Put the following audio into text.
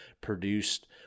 produced